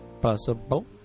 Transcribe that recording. Possible